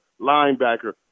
linebacker